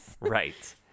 right